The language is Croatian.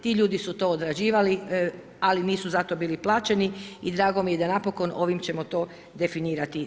Ti ljudi su to odrađivali, ali nisu za to bili plaćeni i drago mi je da napokon ovim ćemo to definirati.